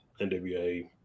NWA